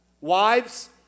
wives